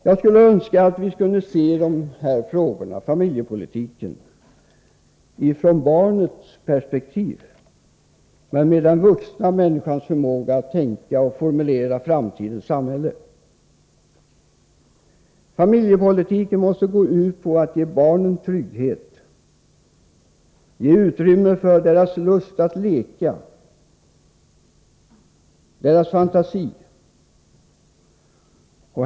Jag skulle önska att vi kunde se familjepolitiken utifrån barnets perspektiv men med den vuxna människans förmåga att tänka och formulera framtidens samhälle. Familjepolitiken måste gå ut på att ge barnen trygghet, ge utrymme för deras lust att leka och deras fantasi.